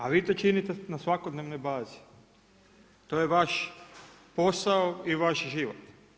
A vi to činite na svakodnevnoj bazi, to je vaš posao i vaš život.